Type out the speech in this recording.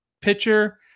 pitcher